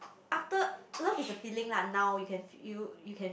after love is the feeling now you can you you can